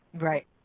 Right